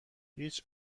هیچ